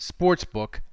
sportsbook